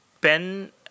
Ben